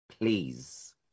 Please